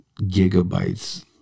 gigabytes